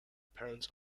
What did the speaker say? parents